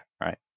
right